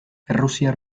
errusiar